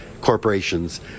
corporations